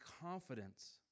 confidence